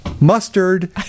Mustard